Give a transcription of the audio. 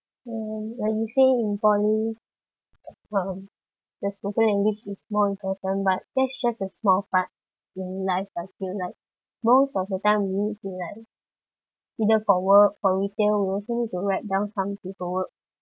uh when you say in poly um the spoken language is more important but that's just a small part in life I feel like most of the time you need to like you know for work for retail then we will also need to write down some paperwork